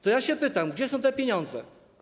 To ja pytam: Gdzie są te pieniądze?